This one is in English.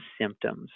symptoms